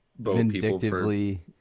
Vindictively